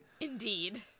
Indeed